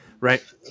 right